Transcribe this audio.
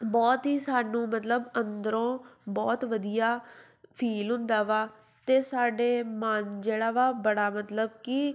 ਬਹੁਤ ਹੀ ਸਾਨੂੰ ਮਤਲਬ ਅੰਦਰੋਂ ਬਹੁਤ ਵਧੀਆ ਫੀਲ ਹੁੰਦਾ ਵਾ ਅਤੇ ਸਾਡੇ ਮਨ ਜਿਹੜਾ ਵਾ ਬੜਾ ਮਤਲਬ ਕਿ